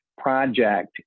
Project